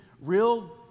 real